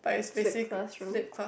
fixed classroom